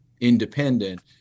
independent